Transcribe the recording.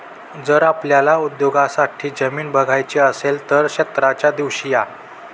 जर आपल्याला उद्योगासाठी जमीन बघायची असेल तर क्षेत्राच्या दिवशी या